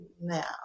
now